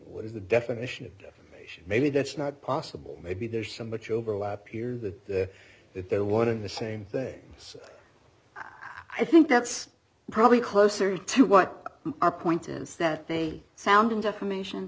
what is the definition of defamation maybe that's not possible maybe there's so much overlap here that they're one and the same things i think that's probably closer to what our point is that they sound defamation